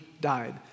died